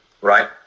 right